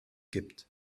gibt